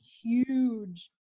huge